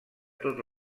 tot